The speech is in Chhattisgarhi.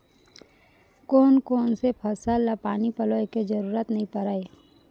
कोन कोन से फसल ला पानी पलोय के जरूरत नई परय?